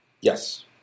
Yes